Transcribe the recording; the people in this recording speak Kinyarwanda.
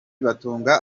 batunga